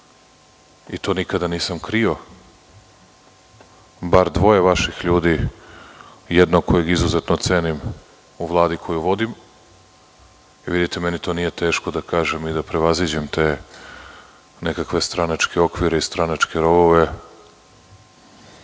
i to nikada nisam krio, bar dvoje vaših ljudi, jednog kojeg izuzetno cenim u Vladi koju vodim. Vidite, nije mi teško da to kažem i da prevaziđem te nekakve stranačke okvire i stranačke rovove. Žao